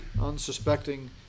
unsuspecting